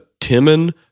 Timon